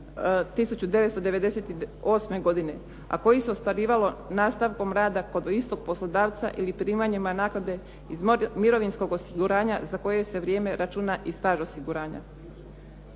1998. godine, a koje se ostvarivalo nastavkom rada kod istog poslodavca ili primanjima naknade iz mirovinskog osiguranja za koje se vrijeme računa i staž osiguranja.